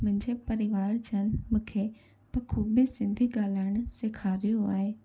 मुंजे परिवार जनि मुखे भखुबी सिंधी ॻाल्हाइण सेखारियो आहे